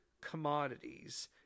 commodities